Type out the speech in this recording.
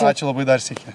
ačiū labai dar sykį